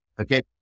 okay